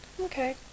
Okay